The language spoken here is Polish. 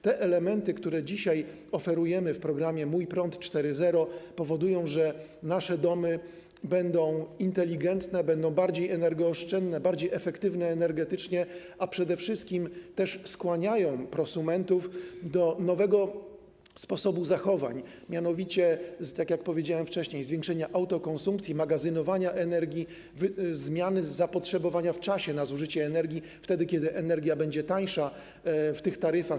Te elementy, które dzisiaj oferujemy w programie ˝Mój prąd˝ 4.0, powodują, że nasze domy będą inteligentne, będą bardziej energooszczędne, bardziej efektywne energetycznie, a przede wszystkim też skłaniają prosumentów do nowego sposobu zachowań, mianowicie, tak jak powiedziałem wcześniej, zwiększenia autokonsumpcji, magazynowania energii, zmiany zapotrzebowania w czasie na zużycie energii, wtedy kiedy energia będzie tańsza w tych taryfach.